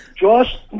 Josh